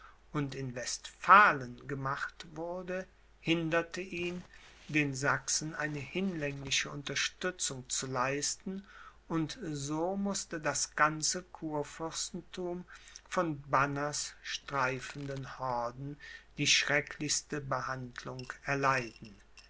und in westphalen gemacht wurde hinderte ihn den sachsen eine hinlängliche unterstützung zu leisten und so mußte das ganze kurfürstenthum von banners streifenden horden die schrecklichste behandlung erleiden